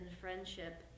friendship